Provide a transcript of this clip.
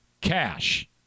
cash